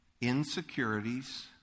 insecurities